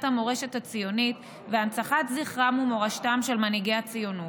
המורשת הציונית והנצחת זכרם ומורשתם של מנהיגי הציונות.